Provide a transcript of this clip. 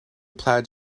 plaid